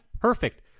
perfect